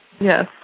Yes